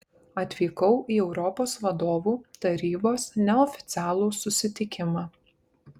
atvykau į europos vadovų tarybos neoficialų susitikimą